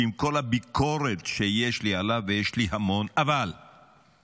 שעם כל הביקורת שיש לי עליו, ויש לי המון, הוא